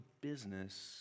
business